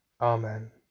Amen